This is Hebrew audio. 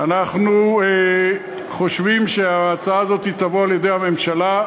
אנחנו חושבים שההצעה הזאת תובא על-ידי הממשלה,